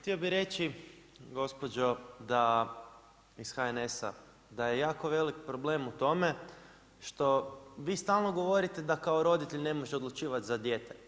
Htio bih reći gospođo iz HNS-a da je jako velik problem u tome što vi stalno govorite da kao roditelj ne može odlučivati za dijete.